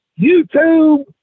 YouTube